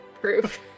Proof